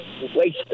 wasted